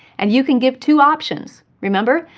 and you can give two options. remember,